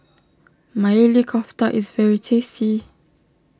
Maili Kofta is very tasty